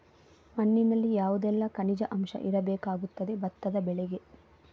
ಮಣ್ಣಿನಲ್ಲಿ ಯಾವುದೆಲ್ಲ ಖನಿಜ ಅಂಶ ಇರಬೇಕಾಗುತ್ತದೆ ಭತ್ತದ ಬೆಳೆಗೆ?